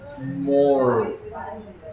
more